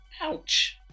Ouch